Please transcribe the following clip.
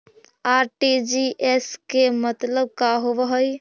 RTGS के मतलब का होव हई?